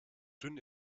dünn